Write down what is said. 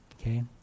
okay